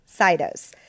Cytos